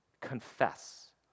Confess